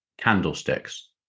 candlesticks